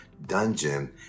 dungeon